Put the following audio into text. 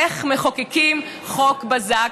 איך מחוקקים חוק בזק,